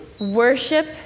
Worship